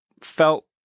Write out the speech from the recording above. felt